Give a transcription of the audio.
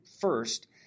first